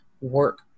work